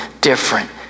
different